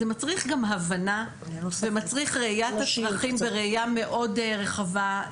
זה מצריך גם הבנה ומצריך ראייה הצרכים בראיה מאוד רחבה,